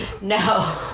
No